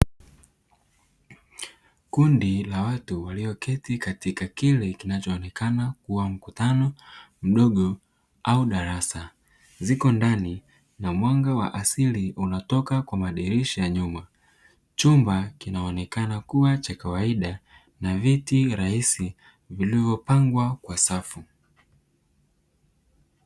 Kundi la watu walioketi katika kile kinachoonekana kuwa ni mkutano mdogo au darasa ziko ndani na mwanga wa asili unatoka kwa madirisha ya nyuma. Chumba kinaonekana kuwa cha kawaida na viti rahisi vilivyopangwa kwa safu.